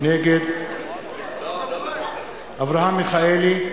נגד אברהם מיכאלי,